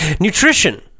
Nutrition